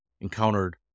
encountered